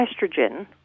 estrogen